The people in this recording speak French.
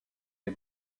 les